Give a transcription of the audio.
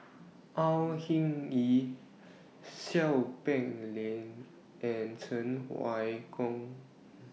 Hing Yee Seow Peck Leng and Cheng Wai Keung